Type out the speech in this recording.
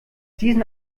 diesen